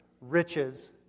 riches